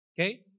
okay